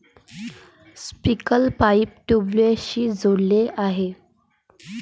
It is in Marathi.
स्प्रिंकलर पाईप ट्यूबवेल्सशी जोडलेले आहे